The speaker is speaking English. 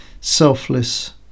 selfless